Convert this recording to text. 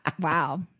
Wow